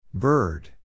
Bird